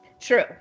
True